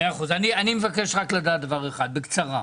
אני מבקש לדעת רק דבר אחד, בקצרה.